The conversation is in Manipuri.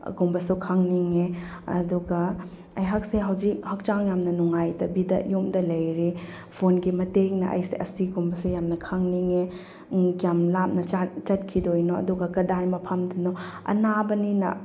ꯒꯨꯝꯕꯁꯨ ꯈꯪꯅꯤꯡꯉꯦ ꯑꯗꯨꯒ ꯑꯩꯍꯥꯛꯁꯦ ꯍꯧꯖꯤꯛ ꯍꯛꯆꯥꯡ ꯌꯥꯝꯅ ꯅꯨꯡꯉꯥꯏꯇꯕꯤꯗ ꯌꯨꯝꯗ ꯂꯩꯔꯦ ꯐꯣꯟꯒꯤ ꯃꯇꯦꯡꯅ ꯑꯩꯁꯦ ꯑꯁꯤꯒꯨꯝꯕꯁꯦ ꯌꯥꯝꯅ ꯈꯪꯅꯤꯡꯉꯦ ꯀꯌꯥꯝ ꯂꯥꯞꯅ ꯆꯠꯈꯤꯗꯣꯏꯅꯣ ꯑꯗꯨꯒ ꯀꯗꯥꯏ ꯃꯐꯝꯗꯅꯣ ꯑꯅꯥꯕꯅꯤꯅ